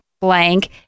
blank